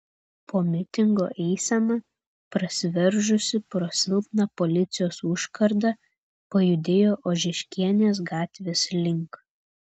po mitingo eisena prasiveržusi pro silpną policijos užkardą pajudėjo ožeškienės gatvės link